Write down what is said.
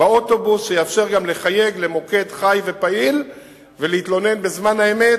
באוטובוס שיאפשר לחייג למוקד חי ופעיל ולהתלונן בזמן אמת.